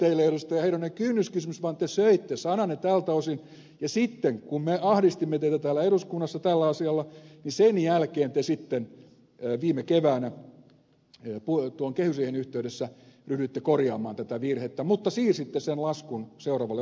heinonen kynnyskysymys vaan te söitte sananne tältä osin ja sitten kun me ahdistimme teitä täällä eduskunnassa tällä asialla sen jälkeen te viime keväänä kehysriihen yhteydessä ryhdyitte korjaamaan tätä virhettä mutta siirsitte sen laskun seuraavalle vaalikaudelle